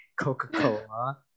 Coca-Cola